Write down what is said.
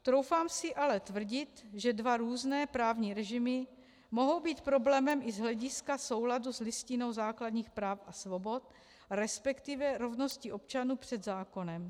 Troufám si ale tvrdit, že dva různé právní režimy mohou být problémem i z hlediska souladu s Listinou základních práv a svobod, respektive rovností občanů před zákonem.